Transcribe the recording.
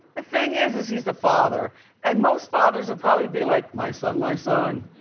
the thing is is he's the father and most fathers would probably be like, my son, my son.